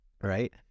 right